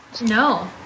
no